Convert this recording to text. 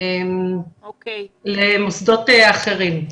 למוסדות אחרים.